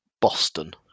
Boston